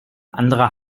anderer